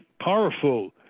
powerful